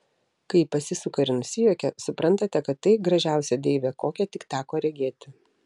kai ji pasisuka ir nusijuokia suprantate kad tai gražiausia deivė kokią tik teko regėti